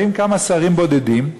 באים כמה שרים בודדים,